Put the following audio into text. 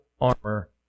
armor